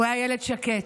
הוא היה ילד שקט,